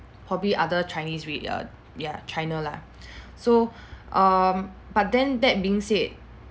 probably other chinese re~ err ya china lah so um but then that being said